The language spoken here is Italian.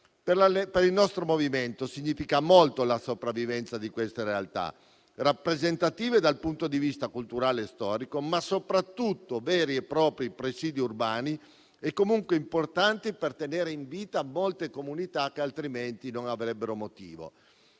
Per il nostro movimento significa molto la sopravvivenza di queste realtà rappresentative dal punto di vista culturale e storico, ma soprattutto veri e propri presidi urbani e comunque importanti per tenere in vita molte comunità che altrimenti non avrebbero motivo.